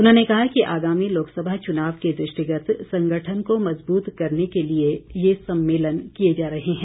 उन्होंने कहा कि आगामी लोकसभा चुनाव के दृष्टिगत संगठन को मजबूत करने के लिए ये सम्मेलन किए जा रहे हैं